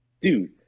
dude